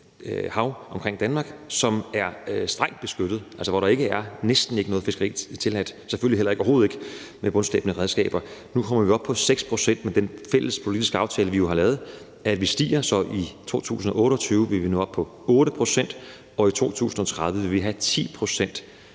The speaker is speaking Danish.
hav omkring Danmark, som er strengt beskyttet, altså hvor der næsten ikke er noget fiskeri tilladt – og selvfølgelig overhovedet ikke med bundslæbende redskaber. Nu kommer vi op på 6 pct. med den fælles politiske aftale, vi jo har lavet, og det stiger, så vi i 2028 vil nå op på 8 pct., og i 2030 vil vi have 10 pct.